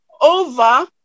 over